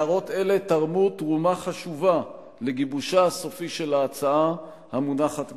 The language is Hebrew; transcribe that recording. הערות אלה תרמו תרומה חשובה לגיבושה הסופי של ההצעה המונחת בפניכם.